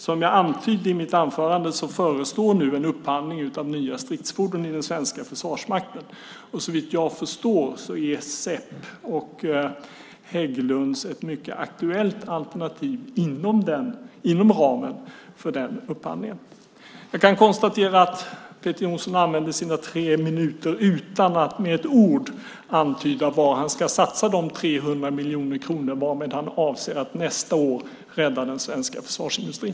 Som jag antydde i mitt anförande förestår nu en upphandling av nya stridsfordon i den svenska försvarsmakten, och såvitt jag förstår är SEP och Hägglunds ett mycket aktuellt alternativ inom ramen för den upphandlingen. Jag kan konstatera att Peter Jonsson använde sina tre minuter utan att med ett ord antyda var han ska satsa de 300 miljoner kronor varmed han avser att nästa år rädda den svenska försvarsindustrin.